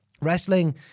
Wrestling